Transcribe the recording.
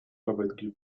arbeit